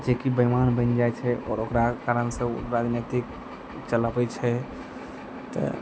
जेकि बैइमान बनि जाइ छै आओर ओकरा आओर कारण सऽ ओ राजनीतिक चलबै छै तऽ